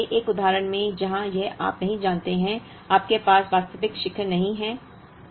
इस तरह के एक उदाहरण में जहां यह आप नहीं जानते हैं आपके पास वास्तविक शिखर नहीं है